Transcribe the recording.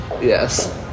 Yes